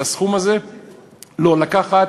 את הסכום הזה לא לקחת.